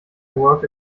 work